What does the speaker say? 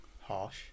harsh